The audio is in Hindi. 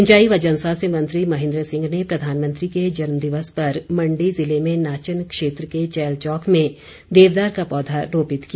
सिंचाई व जनस्वास्थ्य मंत्री महेन्द्र सिंह ने प्रधानमंत्री के जन्म दिवस पर मंडी जिले में नाचन क्षेत्र के चैल चौक में देवदार का पौधा रोपित किया